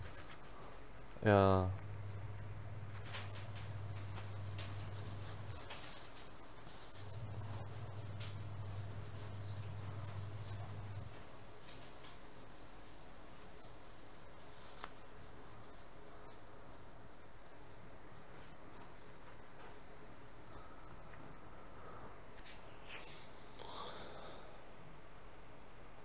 ya